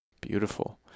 Beautiful